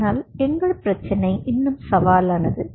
ஆனால் எங்கள் பிரச்சினை இன்னும் சவாலானது